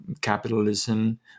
capitalism